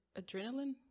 adrenaline